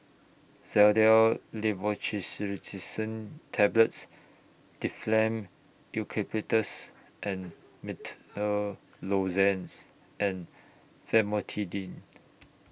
Xyzal Tablets Difflam Eucalyptus and Menthol Lozenges and Famotidine